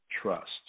trust